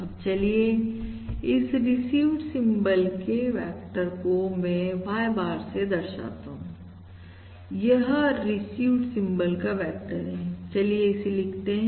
अब चलिए इस रिसीवड सिंबल के वेक्टर को मैं से Y bar दर्शाता हूं यहरिसीवड सिंबल का वेक्टर है चलिए इसे लिखते हैं